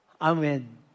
Amen